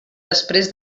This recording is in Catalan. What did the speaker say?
després